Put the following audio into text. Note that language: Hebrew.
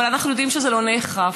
אבל אנחנו יודעים שזה לא נאכף,